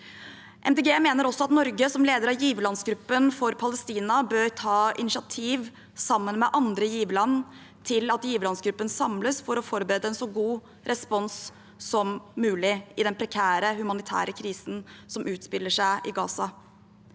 mener også at Norge, som leder av giverlandsgruppen for Palestina, bør ta initiativ sammen med andre giverland til at giverlandsgruppen samles for å forberede en så god respons som mulig i den prekære humanitære krisen som utspiller seg i Gaza.